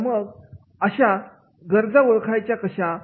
तर मग अशा दर्जा ओळखायच्या कशा